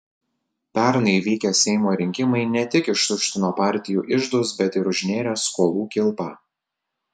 pernai vykę seimo rinkimai ne tik ištuštino partijų iždus bet ir užnėrė skolų kilpą